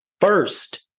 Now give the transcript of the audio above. first